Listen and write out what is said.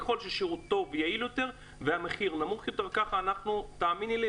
ככל שהשירות טוב ויעיל יותר והמחיר נמוך יותר תאמיני לי,